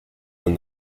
when